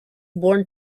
born